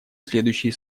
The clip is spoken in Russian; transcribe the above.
следующие